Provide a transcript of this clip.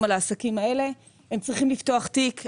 על העסקים האלה: הם צריכים לפתוח תיק,